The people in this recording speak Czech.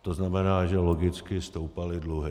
To znamená, že logicky stoupaly dluhy.